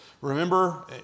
remember